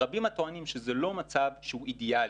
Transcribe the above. ורבים הטוענים שזה לא מצב שהוא אידיאלי.